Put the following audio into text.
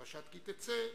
פרשת כי-תצא,